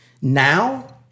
now